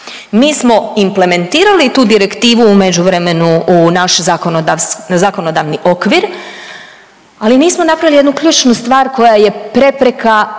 mi smo implementirali tu Direktivu u međuvremenu u naš zakonodavni okvir, ali nismo napravili jednu ključnu stvar koja je prepreka